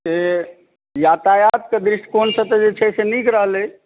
से यातायातके दृष्टिकोणसँ तऽ जे छै से नीक रहलै